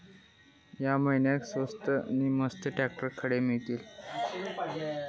या महिन्याक स्वस्त नी मस्त ट्रॅक्टर खडे मिळतीत?